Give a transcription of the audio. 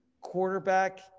quarterback